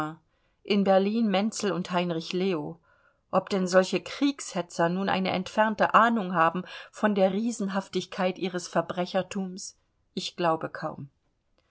in berlin menzel und heinrich leo ob denn solche kriegshetzer nur eine entfernte ahnung haben von der riesenhaftigkeit ihres verbrechertums ich glaube kaum